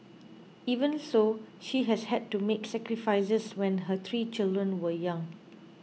even so she has had to make sacrifices when her three children were young